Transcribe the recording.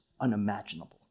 unimaginable